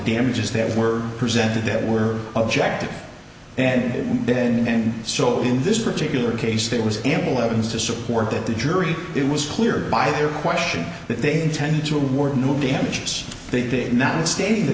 damages that were presented that were objective and then so in this particular case there was ample evidence to support that the jury it was clear by their question that they intended to award new damages they did not state the